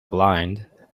blind